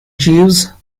jeeves